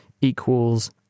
equals